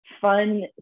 fun